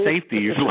safety